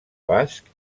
basc